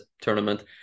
tournament